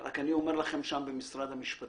אין מה לעשות, זאת המציאות